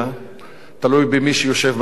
תלוי במי שיושב בשלטון,